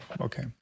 Okay